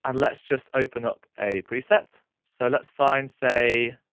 ah let's just open up a preset. so let's find, say,